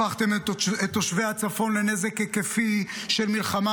הפכתם את תושבי הצפון לנזק היקפי של מלחמה